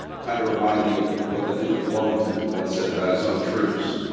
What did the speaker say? kind of remind me of what the duke of wellington once said about his own troops.